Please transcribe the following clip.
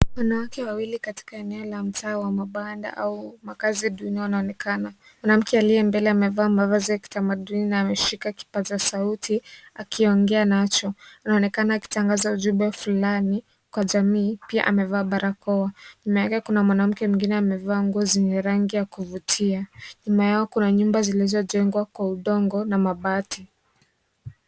Wanawake wawili katika eneo la mtaa wa mabanda au makazi duni wanaonekana. Mwanamke aliye mbele amevaa mavazi ya kitamaduni na ameshika kipaza sauti akiongea nacho. Anaonekana akitangaza ujumbe fulani kwa jamii, pia amevaa barakoa. Nyuma yake kuna mwanamke mwingine amevaa nguo zenye rangi ya kuvutia. Nyuma yao kuna nyumba zilizojengwa kwa udongo na mabati.